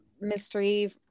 mystery